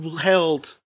held